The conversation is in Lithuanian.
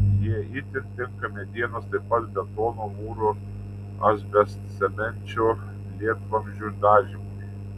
jie itin tinka medienos taip pat betono mūro asbestcemenčio lietvamzdžių dažymui